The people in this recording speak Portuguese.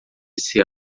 esse